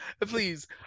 please